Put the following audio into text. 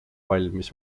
valmis